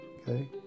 okay